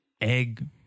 Egg